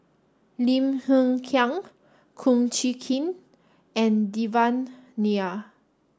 Lim Hng Kiang Kum Chee Kin and Devan Nair